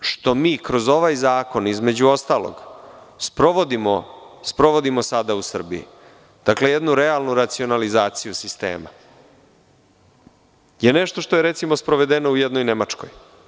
Ovo što kroz ovaj zakon, između ostalog, sprovodimo sada u Srbiji, dakle jednu realnu racionalizaciju sistema, je nešto što je, recimo, sprovedeno u jednoj Nemačkoj.